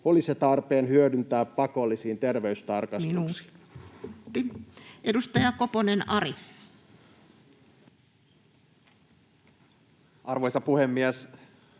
olisi tarpeen hyödyntää pakollisiin terveystarkastuksiin. Edustaja Koponen, Ari. Arvoisa puhemies!